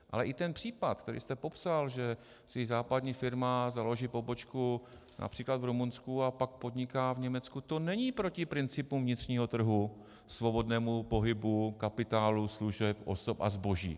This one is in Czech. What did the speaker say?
Ale i ten případ, který jste popsal, že si západní firma založí pobočku například v Rumunsku a pak podniká v Německu, to není proti principům vnitřního trhu, svobodnému pohybu kapitálu, služeb, osob a zboží.